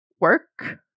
work